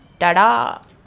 tada